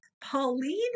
Pauline